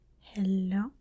Hello